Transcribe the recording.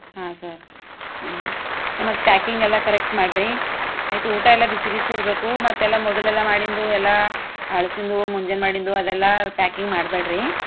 ಹಾಂ ಸರ್ ಹಾಂ ಮತ್ತೆ ಪ್ಯಾಕಿಂಗ್ ಎಲ್ಲ ಕರೆಕ್ಟ್ ಮಾಡಿರಿ ಆಯಿತು ಊಟ ಎಲ್ಲ ಬಿಸಿ ಬಿಸಿ ಇರಬೇಕು ಮತ್ತೆ ಎಲ್ಲ ಮೊದಲೆಲ್ಲ ಮಾಡಿದ್ದು ಎಲ್ಲ ಹಳ್ಸಿದ್ದು ಮುಂಜಾನೆ ಮಾಡಿದ್ದು ಅದೆಲ್ಲ ಪ್ಯಾಕಿಂಗ್ ಮಾಡಬ್ಯಾಡ ರಿ